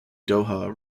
doha